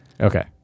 okay